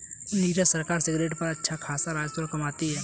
नीरज सरकार सिगरेट पर अच्छा खासा राजस्व कमाती है